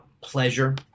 Pleasure